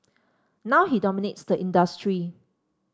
now he dominates the industry